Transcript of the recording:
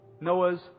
Noah's